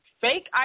fake